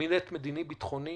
קבינט מדיני-ביטחוני